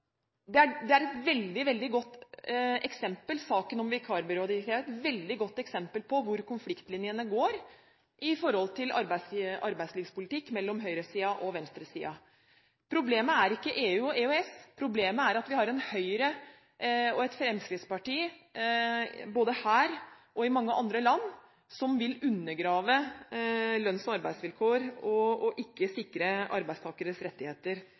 Saken om vikarbyrådirektivet er et veldig godt eksempel på hvor konfliktlinjene går mellom høyresiden og venstresiden når det gjelder arbeidslivspolitikk. Problemet er ikke EU og EØS, problemet er at vi har et Høyre og et Fremskrittsparti både her og i mange andre land som vil undergrave lønns- og arbeidsvilkår, og ikke sikre arbeidstakeres rettigheter